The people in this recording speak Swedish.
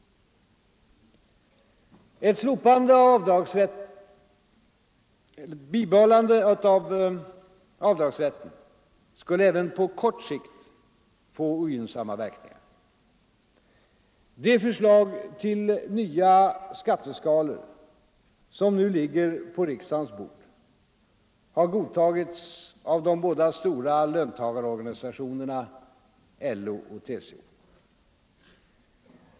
Ett bibehållande av avdragsrätten skulle även på kort sikt få ogynnsamma verkningar. Det förslag till nya skatteskalor som nu ligger på riksdagens bord har godtagits av båda de stora löntagarorganisationerna LO och TCO.